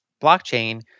blockchain